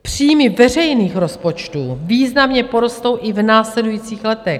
Příjmy veřejných rozpočtů významně porostou i v následujících letech.